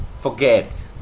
forget